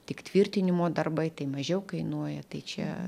tik tvirtinimo darbai tai mažiau kainuoja tai čia